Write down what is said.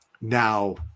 Now